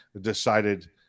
decided